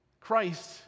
Christ